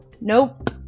nope